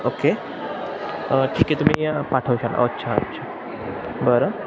okay ठीक आहे तुम्ही पाठवशाल अच्छा अच्छा बरं